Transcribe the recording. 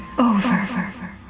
over